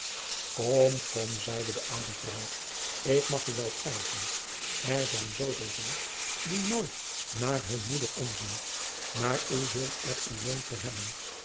kom kom zeide de oude vrouw ik mag oe wel prijzen er zijn zooveel zoons die nooit naôr heur moeder omzien maôr oe zult er oe loon voor hebben